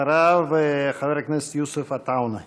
אחריו, חבר הכנסת יוסף עטאונה.